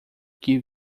que